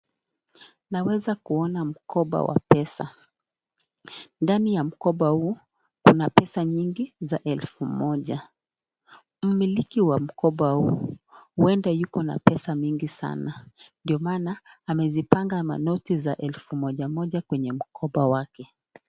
Naweza kuona mkoba wa pesa. Ndani wa mkoba huu kuna pesa mingi za elfu moja. Mmiliji wa mkoba huu uenda yuko na pesa mingi sanaa ndio maana amezipanga manoti ya elfu moja moja kwenye mkoba wake.